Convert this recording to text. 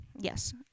Yes